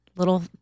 little